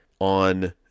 on